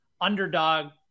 underdog